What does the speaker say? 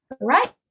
right